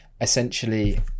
essentially